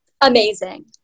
Amazing